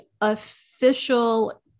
official